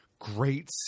great